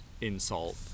insult